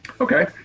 Okay